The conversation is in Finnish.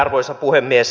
arvoisa puhemies